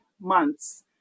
months